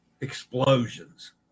explosions